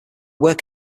work